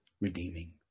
Redeeming